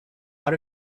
out